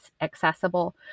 accessible